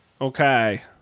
Okay